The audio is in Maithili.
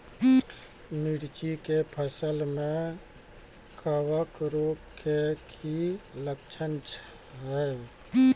मिर्ची के फसल मे कवक रोग के की लक्छण छै?